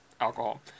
alcohol